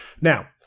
Now